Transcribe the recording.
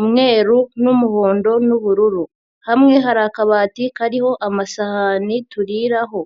umweru n'umuhondo n'ubururu. Hamwe hari akabati kariho amasahani turiraho.